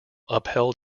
upheld